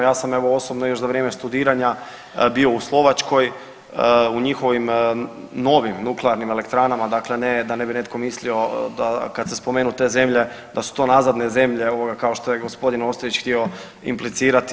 Ja sam evo osobno još za vrijeme studiranja bio u Slovačkoj u njihovim novim nuklearnim elektranama, dakle ne da ne bi netko mislio kad se spomenu te zemlje da su to nazadne zemlje kao što je gospodin Ostojić htio implicirati.